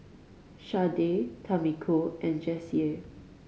Sharday Tamiko and Jessye